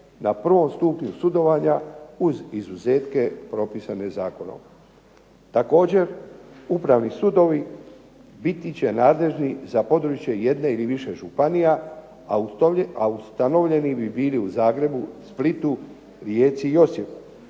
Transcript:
na prvom stupnju sudovanja uz izuzetke propisane zakonom. Također, upravni sudovi biti će nadležni za područje jedne ili više županija, a ustanovljeni bi bili u Zagrebu, Splitu, Rijeci i Osijeku